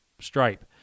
stripe